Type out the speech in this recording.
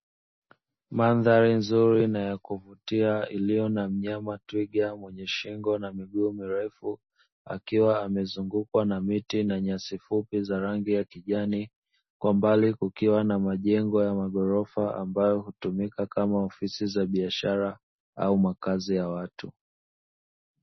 Mandhari nzuri na ya kuvutia iliyo na mnyama twiga mwenye shingo na miguu mirefu, akiwa amezungukwa na miti na nyasi fupi za rangi ya kijani, kwa mbali kukiwa na majengo maghorofa ambayo hutumika kama ofisi za biashara au makazi ya watu.